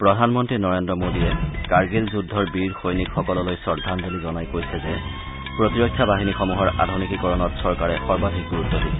প্ৰধান মন্ত্ৰী নৰেন্দ্ৰ মোডীয়ে কাৰ্গিল যুদ্ধৰ বীৰ সৈনিকসকললৈ শ্ৰদ্ধাঞ্জলি জনাই কৈছে যে প্ৰতিৰক্ষা বাহিনীসমূহৰ আধুনিকীকৰণত চৰকাৰে সৰ্বাধিক গুৰুত্ব দিছে